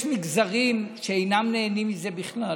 שיש מגזרים שאינם נהנים מזה בכלל,